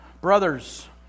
Brothers